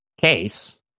case